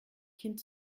kind